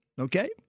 okay